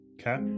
Okay